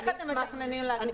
איך אתם מתכננים להגדיל את היעד?